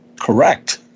correct